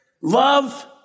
love